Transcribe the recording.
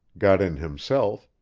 got in himself,